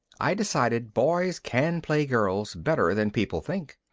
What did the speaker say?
i decided boys can play girls better than people think.